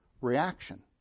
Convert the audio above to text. reaction